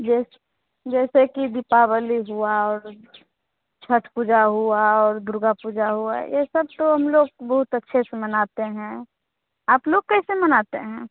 जेस जैसे की दीपावली हुआ और छठ पूजा हुआ और दुर्गा पूजा हुआ ये सब तो हमलोग बहुत अच्छे से मनाते हें आपलोग कैसे मनाते हें